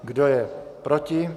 Kdo je proti?